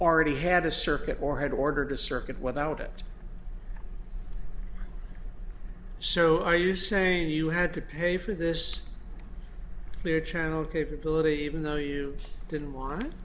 already had a circuit or had ordered a circuit without it so are you saying you had to pay for this clear channel capability even though you didn't w